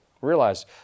Realize